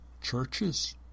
churches